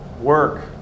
work